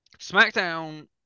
Smackdown